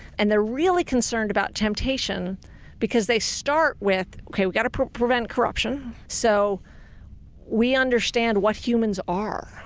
and they're really concerned about temptation because they start with, okay we gotta prevent corruption. so we understand what humans are.